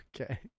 Okay